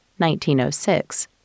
1906